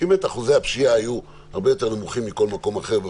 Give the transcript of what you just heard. כי באמת אחוזי הפשיעה היו הרבה יותר נמוכים מכל מקום אחר,